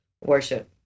worship